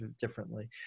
differently